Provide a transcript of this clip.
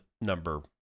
number